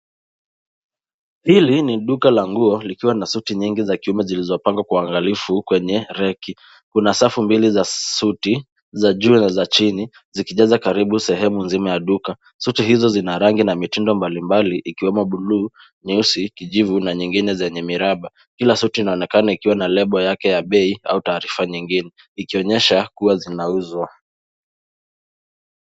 Hili ni duka la nguo likiwa na suti nyingi za kiume zilizopangwa kwa uangalifu kwenye reki. Kuna safu mbili za suti za juu na za chini, zikijaza karibu sehemu nzima ya duka. Suti hizo zina rangi na mitindo mbali mbali, bluu, nyeusi, kijivu na nyingine zenye miraba. Kila suti inaonekana ikiwa na lebo yake ya bei au taarifa nyingine ikionyesha kuwa zinauzwa.